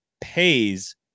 pays